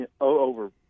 over